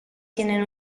tienen